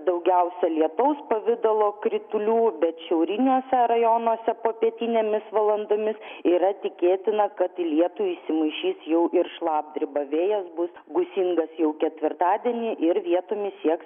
daugiausia lietaus pavidalo kritulių bet šiauriniuose rajonuose popietinėmis valandomis yra tikėtina kad į lietų įsimaišys jau ir šlapdriba vėjas bus gūsingas jau ketvirtadienį ir vietomis sieks